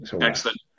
Excellent